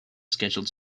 scheduled